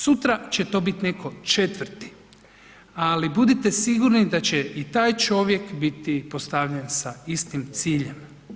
Sutra će to biti netko četvrti, ali budite sigurni da će i taj čovjek biti postavljen sa istim ciljem.